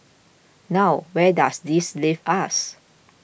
now where does this leave us